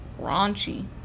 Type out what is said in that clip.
raunchy